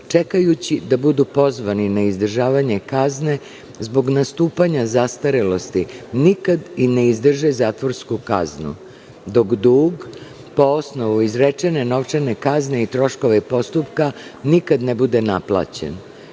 čekajući da budu pozvani na izdržavanje kazne, zbog nastupanja zastarelosti nikad i ne izdrže zatvorsku kaznu, dok dug po osnovu izrečene novčane kazne i troškove postupka nikad ne bude naplaćen. Imajući